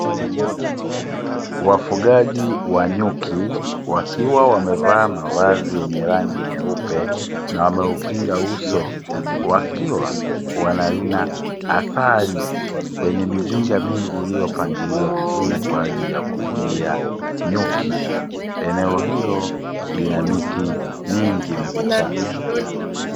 Wafugaji wa nyuki, wakiwa wamevaa mavazi yenye rangi nyeupe na wameukinga uso, wakiwa wanarina asali kwenye mizinga mingi iliyopangiliwa vizuri, kwa ajili ya kufugia nyuki. Eneo hilo lina miti mingi na vichaka.